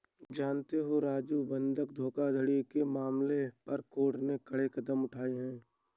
जानते हो राजू बंधक धोखाधड़ी के मसले पर कोर्ट ने कड़े कदम उठाए हैं